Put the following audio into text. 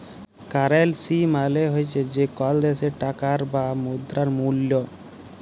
currency মালে হছে যে কল দ্যাশের টাকার বা মুদ্রার মূল্য